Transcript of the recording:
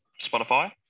Spotify